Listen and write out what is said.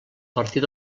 partir